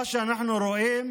מה שאנחנו רואים